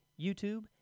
youtube